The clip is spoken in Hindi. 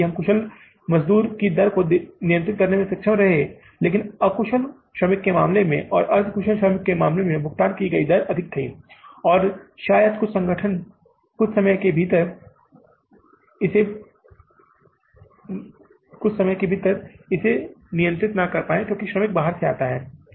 हम कुशल मजदूर की दर को नियंत्रित करने में सक्षम रहे हैं लेकिन अकुशल श्रमिक के मामले में और अर्ध कुशल श्रमिक के मामले में भुगतान की गई दर अधिक थी और शायद कुछ समय संगठन के भीतर किसी के भी नियंत्रण से परे है क्योंकि श्रमिक बाहर से आता है